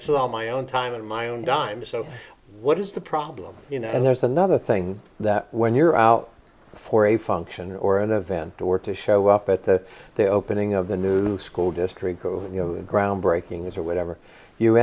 all my own time and my own dime so what is the problem you know and there's another thing that when you're out for a function or an event or to show up at the the opening of the new school district you know a groundbreaking is or whatever you